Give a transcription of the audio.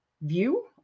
view